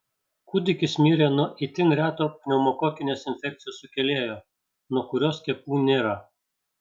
kūdikis mirė nuo itin reto pneumokokinės infekcijos sukėlėjo nuo kurio skiepų nėra